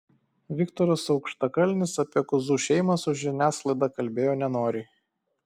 viktoras aukštakalnis apie kuzų šeimą su žiniasklaida kalbėjo nenoriai